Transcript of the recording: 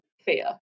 fear